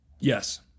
Yes